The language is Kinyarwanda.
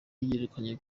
yirukanywe